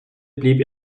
blieb